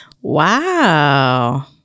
Wow